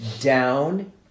down